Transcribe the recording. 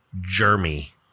Jeremy